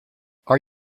are